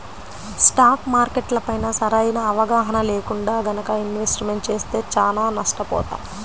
stock మార్కెట్లపైన సరైన అవగాహన లేకుండా గనక ఇన్వెస్ట్మెంట్ చేస్తే చానా నష్టపోతాం